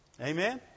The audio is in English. Amen